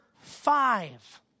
five